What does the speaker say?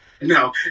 no